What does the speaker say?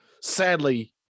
sadly